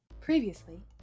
Previously